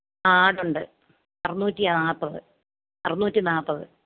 ആഹ് ആട് ഉണ്ട് അറുനൂറ്റി ആപ്പത് അറുനൂറ്റി നാൽപ്പത്